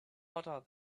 hotter